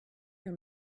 your